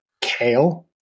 Kale